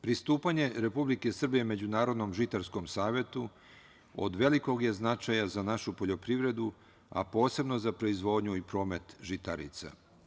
Pristupanje Republike Srbije Međunarodnom žitarskom savetu od velikog je značaja za našu poljoprivredu, a posebno za proizvodnju i promet žitarica.